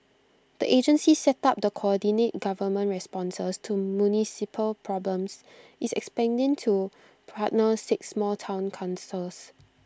the agency set up the coordinate government responses to municipal problems is expanding to partner six more Town councils